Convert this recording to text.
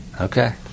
Okay